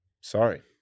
Sorry